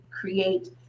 create